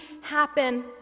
happen